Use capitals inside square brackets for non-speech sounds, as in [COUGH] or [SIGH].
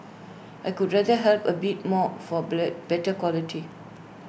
I would rather have A bit more for [UNINTELLIGIBLE] better quality